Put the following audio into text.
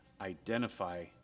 identify